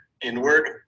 inward